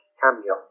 cameo